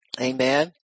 Amen